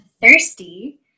thirsty